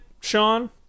sean